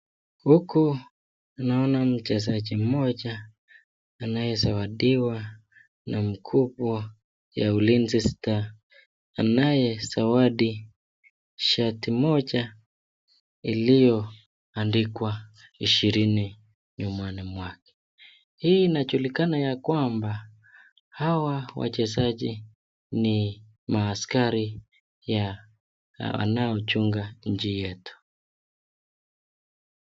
Huku tunaona mchezaji mmoja anayezawadiwa na mkubwa ya Ulinzi stars, anayezawadi shati moja iliyoandikwa 20 nyumani mwake. Hii inajulikana ya kwamba hawa wachezaji, ni maaskari yanayochunga nchi yetu.